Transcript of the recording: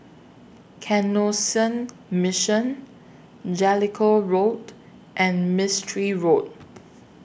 Canossian Mission Jellicoe Road and Mistri Road